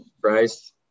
Bryce